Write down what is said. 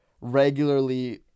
regularly